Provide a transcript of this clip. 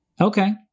Okay